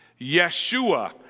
Yeshua